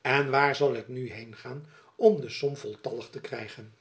en waar zal ik nu heengaan om de som voltallig te krijgen